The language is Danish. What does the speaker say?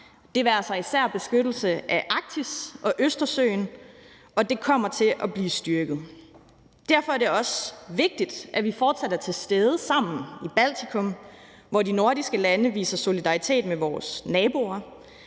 være sig især beskyttelse af Arktis og Østersøen. Og det kommer til at blive styrket. Derfor er det også vigtigt, at vi fortsat er til stede sammen i Baltikum, hvor de nordiske lande viser solidaritet med vores naboer,